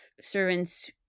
servants